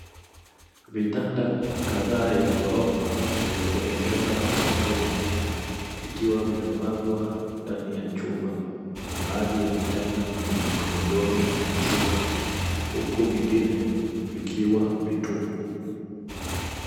Vitanda kadhaa vya ghorofa vilivyotengenezwa kwa chuma vikiwa vimepangwa ndani ya chumba. Baadhi ya vitanda vina magodoro na shuka huku vingine vikiwa vitupu.